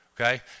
okay